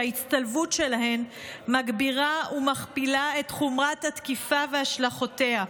שההצטלבות שלהן מגבירה ומכפילה את חומרת התקיפה והשלכותיה.